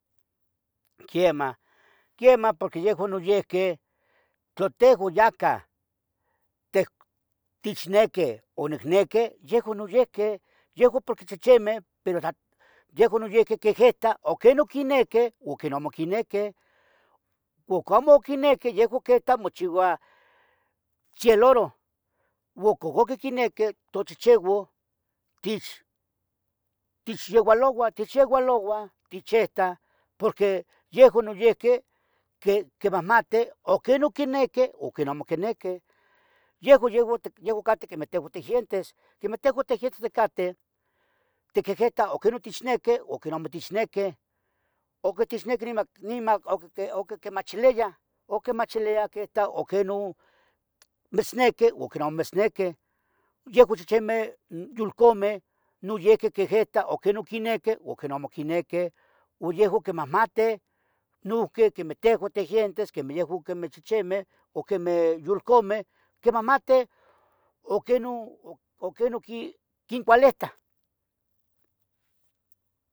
Quiemah, quiemah porque yehoun noyihqui tlo tehoun yacah. teh, tichnequi o nicnequi yehuon noyihqui, yehoun porque. chichimeh, pero tlo yehoun noyohquih quinyitah uquinon. quineque, uquino amo quinequeh ucamo quinequih yehuon. quietah mochiua chieloro uquiquinequi. tochichiuon, tich- tichyeualouah, tichyeualouah, tichietah. porque yehuon noyihqui, qui- quimahmatih, uquinun quineque,. uquinun amo quinequeh Yehuon- yehuon- yehuon cateh quemeh tehuon tiguientes,. quemeh tehuan tiguientes ticateh. Tiquihguita aquinun tichneque, uquinun amo tichneque Oquitechneque niman, niman oqui, oqui oquimachiliyah, oquimachilia. queta uquinon mitzneque oquin amo mitznequeh Yehoun chichimen, yulcameh noyihqui quehguetah oquinon quineque,. oquinon amo quineque, uon yehuon quimahmateh nuhqui quemeh tehuan tiguientes, quemeh yehoun quemeh chichimeh o quemeh yulcameh. quimahmateh uquinun, uquinon quincualetah